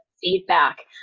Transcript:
feedback